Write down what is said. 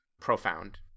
profound